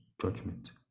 judgment